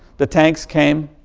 the tanks came,